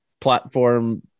platform